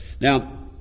Now